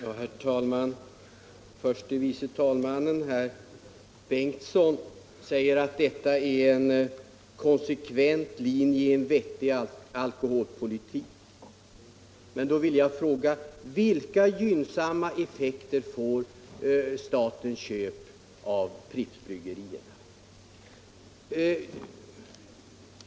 Herr talman! Herr förste vice talmannen Bengtson säger att detta är en konsekvent linje i en vettig alkoholpolitik. Men då vill jag fråga: Vilka gynnsamma effekter får statens köp av Pripps Bryggerier?